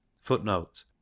Footnote